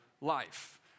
life